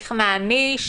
איך נעניש?